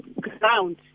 ground